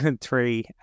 three